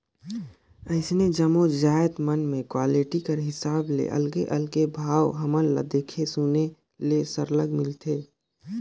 अइसने जम्मो जाएत मन में क्वालिटी कर हिसाब ले अलगे अलगे भाव हमन ल देखे सुने ले सरलग मिलथे